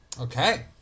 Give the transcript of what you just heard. Okay